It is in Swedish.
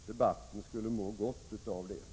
Debatten skulle må gott av det.